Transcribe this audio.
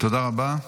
תודה רבה.